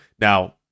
Now